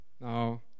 Now